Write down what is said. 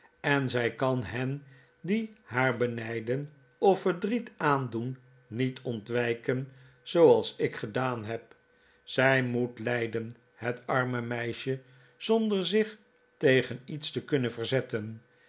en zij kan hen die haar benijden of verdriet aandoen niet ontwijken zooals ik gedaan heb zij moet lijden het arme meisje zonder zich tegen iets te kunnen verzetten